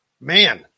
Man